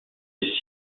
des